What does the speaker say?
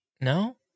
No